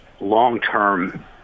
long-term